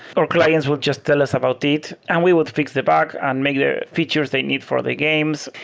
or clients would just tell us about it, and we would fix the bug and make the features they need for the game. so